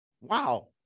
wow